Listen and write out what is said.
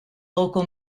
local